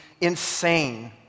insane